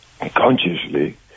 consciously